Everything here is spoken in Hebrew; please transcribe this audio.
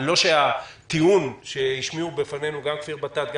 לא שהטיעון שהשמיעו בפנינו גם כפיר בטט גם